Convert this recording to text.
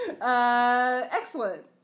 Excellent